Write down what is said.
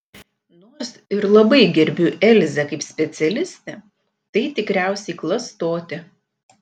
nors ir labai gerbiu elzę kaip specialistę tai tikriausiai klastotė